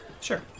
sure